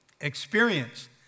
Experience